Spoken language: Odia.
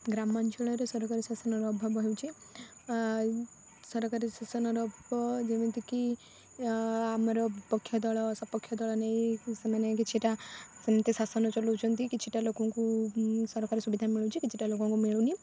ଗ୍ରାମାଞ୍ଚଳରେ ସରକାରୀ ଶାସନର ଅଭାବ ହେଉଛି ସରକାରୀ ଶାସନର ପ ଯେମିତିକି ଆମର ପକ୍ଷ ଦଳ ସପକ୍ଷ ଦଳ ନେଇ ସେମାନେ କିଛିଟା ସେମିତି ଶାସନ ଚଳାଉଛନ୍ତି କିଛିଟା ଲୋକଙ୍କୁ ସରକାରୀ ସୁବିଧା ମିଳୁଛି କିଛିଟା ଲୋକଙ୍କୁ ମିଳୁନି